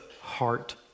heart